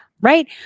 right